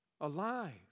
alive